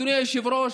אדוני היושב-ראש,